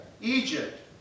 Egypt